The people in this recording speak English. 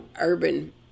urban